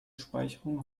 speicherung